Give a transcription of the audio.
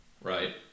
right